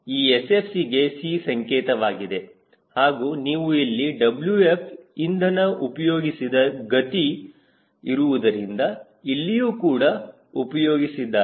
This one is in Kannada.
ಈ SFCಗೆ C ಸಂಕೇತವಾಗಿದೆ ಹಾಗೂ ನೀವು ಇಲ್ಲಿ 𝑊̇ƒ ಇಂಧನ ಉಪಯೋಗಿಸಿದ ಗತಿ ಇರುವುದರಿಂದ ಇಲ್ಲಿಯೂ ಕೂಡ ಉಪಯೋಗಿಸಿದರಾ